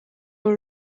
were